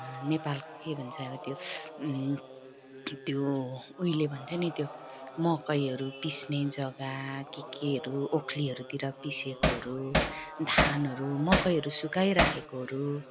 नेपालको के भन्छ अरे त्यो त्यो उहिले भन्थे नि त्यो मकैहरू पिस्ने जग्गा के केहरू ओखलीहरूतिर पिसेकोहरू धानहरू मकैहरू सुकाइराखेकोहरू